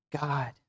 God